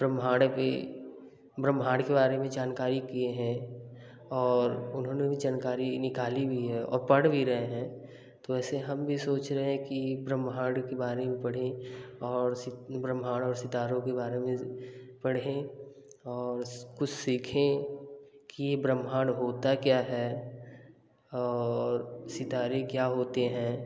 ब्रह्माण्ड पे ब्रह्माण्ड के बारे में जानकारी किए हैं उन्होंने भी जनकारी निकाली भी है और पढ़ भी रहे हैं तो ऐसे हम भी सोच रहे हैं कि ब्रह्माण्ड के बारे में पढ़ें और ब्रह्माण्ड और सितारों के बारे में पढ़ें और कुछ सीखें कि ये ब्रह्माण्ड होता क्या है और सितारे क्या होते हैं